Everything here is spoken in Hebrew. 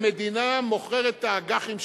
המדינה מוכרת את האג"חים שלה,